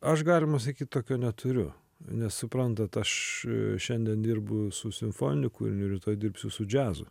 aš galima sakyt tokio neturiu nes suprantat aš šiandien dirbu su simfoniniu kūriniu rytoj dirbsiu su džiazu